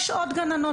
יש עוד גננות,